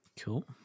cool